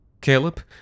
Caleb